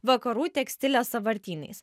vakarų tekstilės sąvartynais